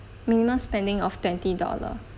minimum spending of twenty dollar